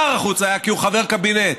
שר החוץ היה, כי הוא חבר קבינט,